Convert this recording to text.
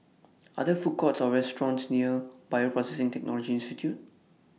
Are There Food Courts Or restaurants near Bioprocessing Technology Institute